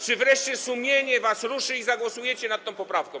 Czy wreszcie sumienie was ruszy i zagłosujecie za tą poprawką?